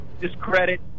discredit